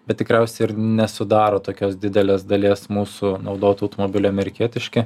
bet tikriausiai ir nesudaro tokios didelės dalies mūsų naudotų automobilių amerikietiški